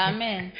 Amen